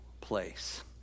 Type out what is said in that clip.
place